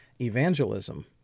evangelism